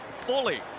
fully